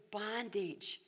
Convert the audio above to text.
bondage